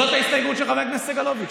זאת ההסתייגות של חבר הכנסת סגלוביץ'.